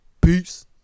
Peace